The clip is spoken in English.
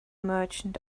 merchant